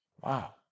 Wow